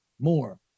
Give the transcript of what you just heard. more